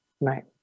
Right